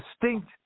distinct